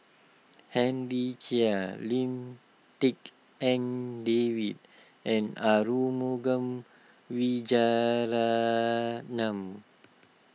Henry Chia Lim Tik En David and Arumugam Vijiaratnam